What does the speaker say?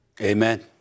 Amen